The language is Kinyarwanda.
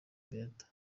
beata